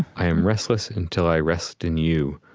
i am restless until i rest in you,